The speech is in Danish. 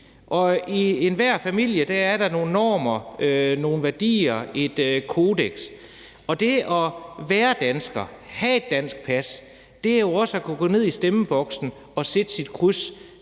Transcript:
og i enhver familie er der nogle normer og nogle værdier, et kodeks, og det at være dansker, have et dansk pas, er jo også at kunne gå ned i stemmeboksen og sætte sit kryds